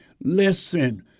listen